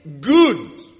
good